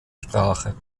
sprache